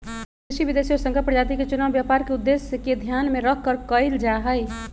देशी, विदेशी और संकर प्रजाति के चुनाव व्यापार के उद्देश्य के ध्यान में रखकर कइल जाहई